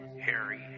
Harry